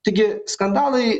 taigi skandalai